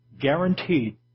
guaranteed